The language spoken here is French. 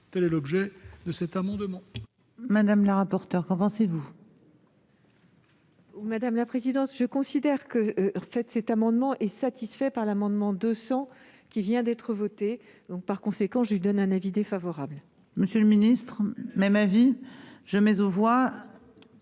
Tel est l'objet de cet amendement.